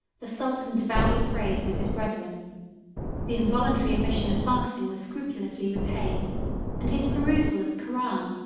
the sultan devoutly prayed with his brethren the involuntary omission of fasting was scrupulously repaid and his perusal of the koran,